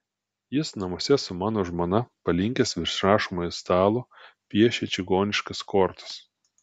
jis namuose su mano žmona palinkęs virš rašomojo stalo piešia čigoniškas kortas